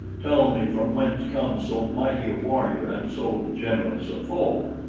tell me from whence comes so mighty a warrior and so generous a foe.